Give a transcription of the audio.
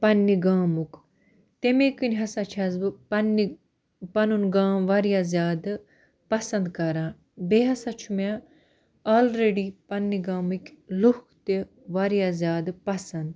پَننہِ گامُک تمے کِنۍ ہسا چھیٚس بہٕ پننہِ پَنُن گام واریاہ زیادٕ پسنٛد کَران بیٚیہِ ہسا چھُ مےٚ آلریڈی پَننہِ گامٕکۍ لوٗکھ تہِ واریاہ زیادٕ پسنٛد